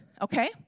okay